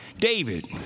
David